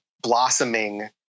blossoming